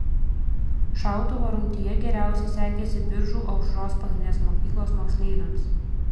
šautuvo rungtyje geriausiai sekėsi biržų aušros pagrindinės mokyklos moksleiviams